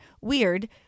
weird